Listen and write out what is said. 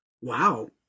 Wow